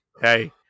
hey